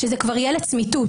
שזה כבר יהיה לצמיתות.